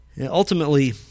ultimately